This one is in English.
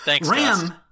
Ram